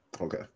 okay